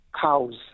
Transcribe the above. cows